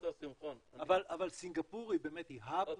אבל סינגפור היא באמת ה --- נכון,